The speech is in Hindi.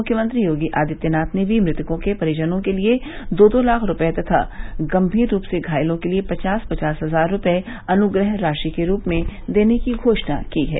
मुख्यमंत्री योगी आदित्यनाथ ने भी मृतकों के परिजनों के लिए दो दो लाख रूपये तथा गंभीर रूप से घायलों के लिए पचास पचास हजार रूपये अनुग्रह राशि के रूप में देने की घोषणा की है